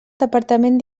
departament